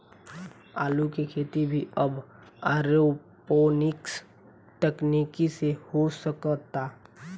आलू के खेती भी अब एरोपोनिक्स तकनीकी से हो सकता